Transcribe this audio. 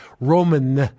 Roman